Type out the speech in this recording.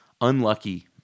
unlucky